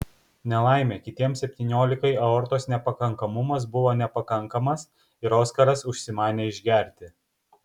nelaimė kitiems septyniolikai aortos nepakankamumas buvo nepakankamas ir oskaras užsimanė išgerti